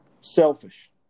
selfish